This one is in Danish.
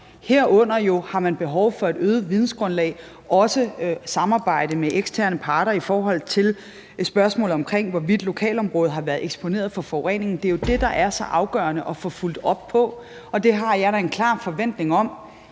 Herunder har man jo behov for et øget vidensgrundlag og også samarbejde med eksterne parter i forhold til spørgsmålet omkring, hvorvidt lokalområdet har været eksponeret for forureningen. Det er jo det, der er så afgørende at få fulgt op på, og med det brev, som